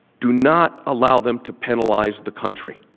do not allow them to penalize the country